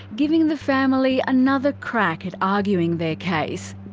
giving the family another crack at arguing their case.